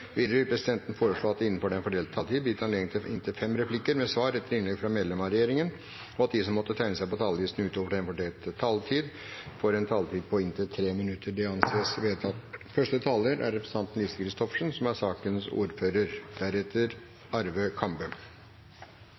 Videre vil presidenten foreslå at det blir gitt anledning til inntil fem replikker med svar etter innlegg fra medlem av regjeringen innenfor den fordelte taletid, og at de som måtte tegne seg på talerlisten utover den fordelte taletid, får en taletid på inntil 3 minutter. – Det anses vedtatt.